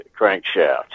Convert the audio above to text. crankshaft